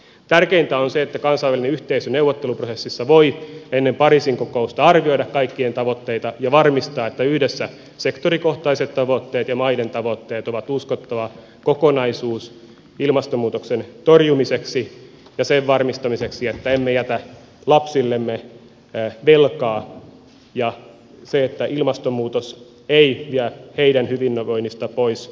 tärkeintä on se että kansainvälinen yhteisö neuvotteluprosessissa voi ennen pariisin kokousta arvioida kaikkien tavoitteita ja varmistaa että yhdessä sektorikohtaiset tavoitteet ja maiden tavoitteet ovat uskottava kokonaisuus ilmastonmuutoksen torjumiseksi ja sen varmistamiseksi että emme jätä lapsillemme velkaa ja että ilmastonmuutos ei vie heidän hyvinvoinnistaan pois tulevaisuutta